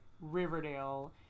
Riverdale